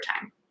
Time